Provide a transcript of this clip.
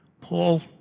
Paul